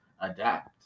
adapt